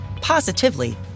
positively